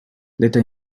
later